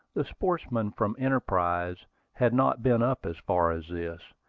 the sportsmen from enterprise had not been up as far as this,